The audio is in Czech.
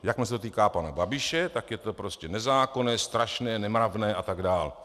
Jakmile se to týká pana Babiše, tak je to prostě nezákonné, strašné, nemravné atd.